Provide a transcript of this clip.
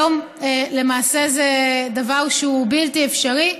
היום זה דבר שהוא בלתי אפשרי.